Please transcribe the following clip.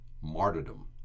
martyrdom